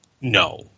no